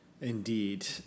Indeed